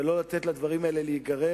ולא לתת לדברים להיגרר